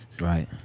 Right